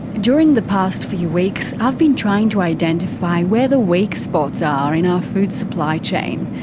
during the past few weeks, i've been trying to identify where the weak spots are in our food supply chain,